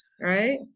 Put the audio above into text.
right